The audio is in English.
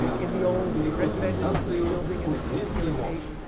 in the old residential building in this particular case.